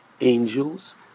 angels